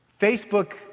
Facebook